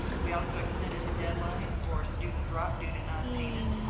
we also extended the deadline for student drop due to nonpayment.